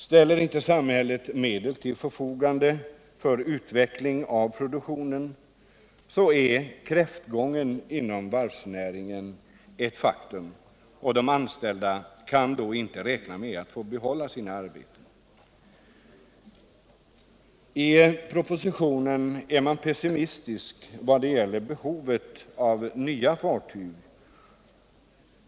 Ställer inte samhället medel till förfogande för utveckling av produktionen, är kräftgången inom varvsnäringen ett faktum. De anställda kan då inte räkna med att få behålla sina arbeten. I propositionen är man pessimistisk vad det gäller behovet av nya fartyg.